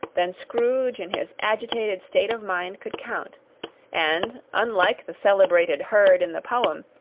than scrooge in his agitated state of mind could count and, unlike the celebrated herd in the poem,